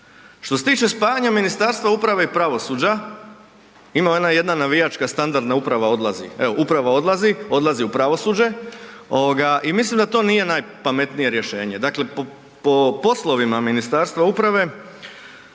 Što se tiče spajanje Ministarstva uprave i pravosuđa, ima ona jedna navijačka standardna uprava odlazi, evo upravo odlazi, odlazi u pravosuđe, ovoga i mislim da to nije najpametnije rješenje. Dakle, po, po poslovima Ministarstva uprave